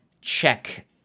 check